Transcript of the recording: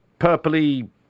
purpley